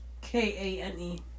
K-A-N-E